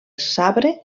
sabre